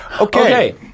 Okay